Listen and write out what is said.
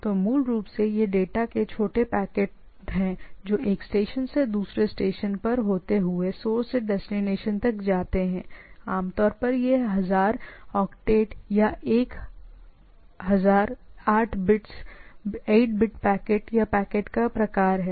तो मूल रूप से इसे जो बताता है वह आम तौर पर छोटे पैकेट है स्टेशन से डेटा यह स्टेशन को आमतौर पर डेस्टिनेशन के लिए आमतौर पर छोटे पैकेट में टूट जाता है आमतौर पर यह 1000 ऑक्टेट या एक 1000 8 बिट्स 8 बिट पैकेट या पैकेट का प्रकार है